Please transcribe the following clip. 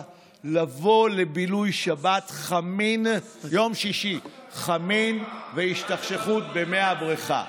לבוא לבילוי שבת חמין ביום שישי והשתכשכות במי הבריכה.